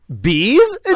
bees